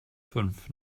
fünf